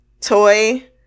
toy